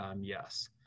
yes